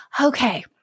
Okay